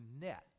net